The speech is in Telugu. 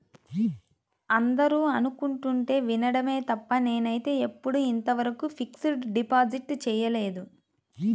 అందరూ అనుకుంటుంటే వినడమే తప్ప నేనైతే ఎప్పుడూ ఇంతవరకు ఫిక్స్డ్ డిపాజిట్ చేయలేదు